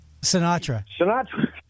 Sinatra